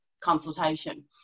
consultation